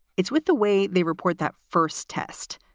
it's with the way they report that first test,